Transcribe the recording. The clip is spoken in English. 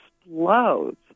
explodes